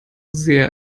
sehr